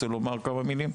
ירצה לומר כמה מילים?